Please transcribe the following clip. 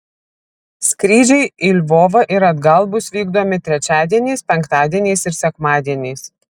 skrydžiai į lvovą ir atgal bus vykdomi trečiadieniais penktadieniais ir sekmadieniais